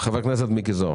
חבר הכנסת מיקי זוהר.